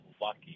lucky